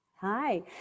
Hi